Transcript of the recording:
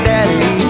Daddy